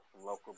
local